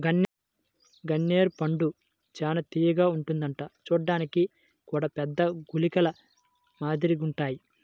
గన్నేరు పండు చానా తియ్యగా ఉంటదంట చూడ్డానికి గూడా పెద్ద గుళికల మాదిరిగుంటాయ్